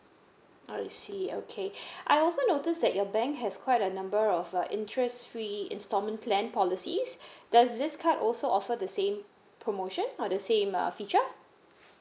I see okay I also noticed that your bank has quite a number of uh interest free instalment plan policy does this card also offer the same promotion or the same uh feature